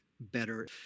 Better